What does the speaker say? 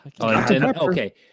okay